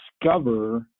discover